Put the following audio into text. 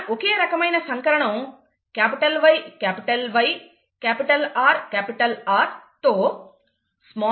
ఒకే రకమైన సంకరణం YYRR తో yyrr